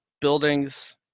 buildings